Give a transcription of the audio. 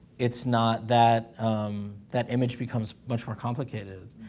it's not that that image becomes much more complicated.